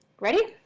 ready?